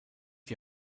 die